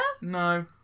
No